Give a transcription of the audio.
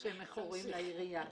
שהם מכורים לעירייה.